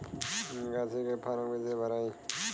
निकासी के फार्म कईसे भराई?